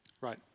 Right